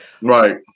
Right